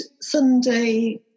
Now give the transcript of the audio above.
sunday